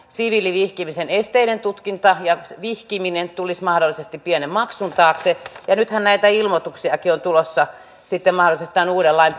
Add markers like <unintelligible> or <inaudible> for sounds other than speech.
<unintelligible> siviilivihkimisen esteiden tutkinta ja vihkiminen tulisi mahdollisesti pienen maksun taakse ja nythän näitä ilmoituksiakin on tulossa sitten mahdollisesti tämän uuden lain <unintelligible>